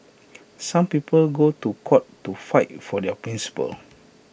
some people go to court to fight for their principles